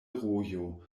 rojo